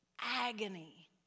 agony